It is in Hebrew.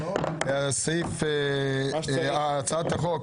2. הצעת חוק